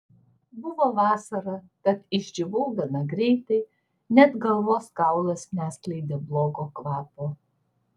buvo vasara tad išdžiūvau gana greitai net galvos kaulas neskleidė blogo kvapo